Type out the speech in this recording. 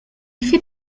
fait